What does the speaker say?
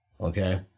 okay